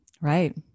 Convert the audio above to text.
Right